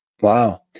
Wow